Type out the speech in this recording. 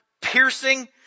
piercing